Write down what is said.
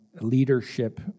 leadership